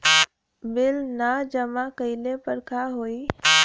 Bill न जमा कइले पर का होई?